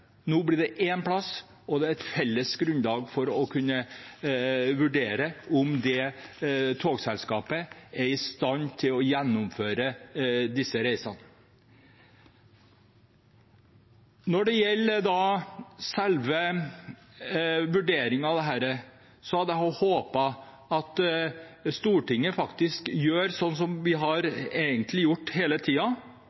og det er et felles grunnlag for å kunne vurdere om det togselskapet er i stand til å gjennomføre disse reisene. Når det gjelder selve vurderingen av dette, hadde jeg håpet at Stortinget faktisk ville gjøre sånn som vi egentlig har